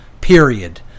period